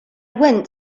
went